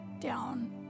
down